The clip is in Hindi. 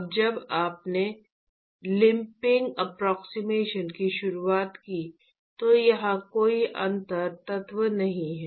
अब जब हमने लंपिंग अप्प्रोक्सिमेशन की शुरुआत की तो यहां कोई अंतर तत्व नहीं है